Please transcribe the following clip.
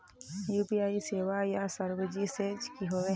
UPI सेवाएँ या services की होय?